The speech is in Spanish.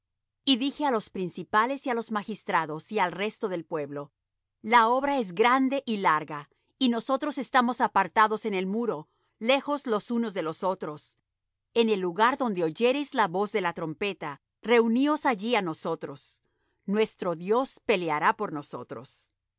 y dije á los principales y á los magistrados y al resto del pueblo la obra es grande y larga y nosotros estamos apartados en el muro lejos los unos de los otros en el lugar donde oyereis la voz de la trompeta reuníos allí á nosotros nuestro dios peleará por nosotros